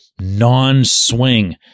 non-swing